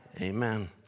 Amen